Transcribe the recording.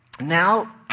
now